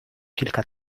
kilka